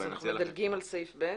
אז אנחנו מדלגים על סעיף (ב)?